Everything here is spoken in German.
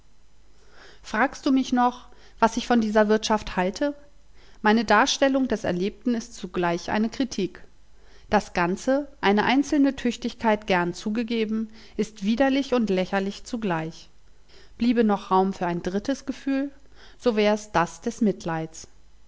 fragst du mich noch was ich von dieser wirtschaft halte meine darstellung des erlebten ist zugleich eine kritik das ganze eine einzelne tüchtigkeit gern zugegeben ist widerlich und lächerlich zugleich bliebe noch raum für ein drittes gefühl so wär es das des mitleids